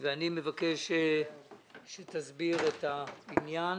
ואני מבקש שתסביר את העניין